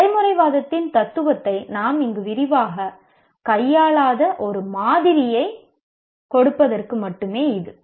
நடைமுறைவாதத்தின் தத்துவத்தை நாம் இங்கு விரிவாகக் கையாளாத ஒரு மாதிரியைக் கொடுப்பதற்காக மட்டுமே இது